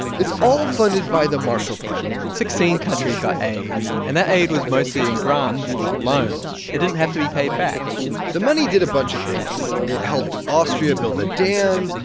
it's all funded by the marshall plan sixteen countries got aid. and that aid was mostly in grants, not loans. it didn't have to be paid back the money did a bunch of things. it helped austria build a dam.